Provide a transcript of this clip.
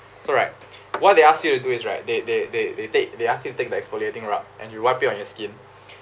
so right what they ask you to do is right they they they they take they ask you to take the exfoliating rub and you wipe it on your skin